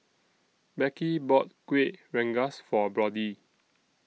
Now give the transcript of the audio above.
Becky bought Kuih Rengas For Brody